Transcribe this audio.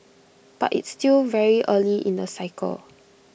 but it's still very early in the cycle